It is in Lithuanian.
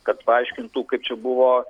kad paaiškintų kaip čia buvo